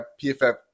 PFF